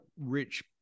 rich